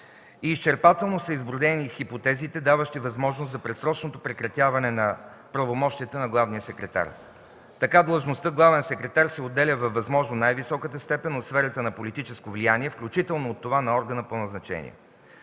Изчерпателно са изброени хипотезите, даващи възможност за предсрочно прекратяване на правомощията на главния секретар. Така длъжността „главен секретар” се отделя във възможно най-високата степен в сферата на политическо влияние, включително от това на органа по назначение.